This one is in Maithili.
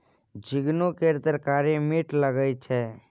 झिगुनी केर तरकारी मीठ लगई छै